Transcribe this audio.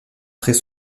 très